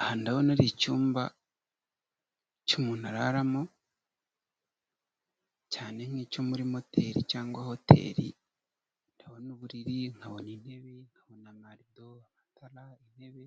Aha ndabona ari icyumba cy'umuntu araramo cyane nk'icyo muri moteli cyangwa hoteli, ndabona n'uburiri nkabona intebe nkabona amarido, amatara, intebe